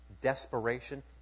desperation